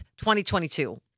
2022